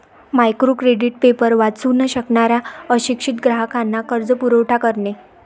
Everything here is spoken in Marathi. मायक्रो क्रेडिट पेपर वाचू न शकणाऱ्या अशिक्षित ग्राहकांना कर्जपुरवठा करते